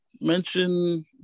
mention